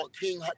King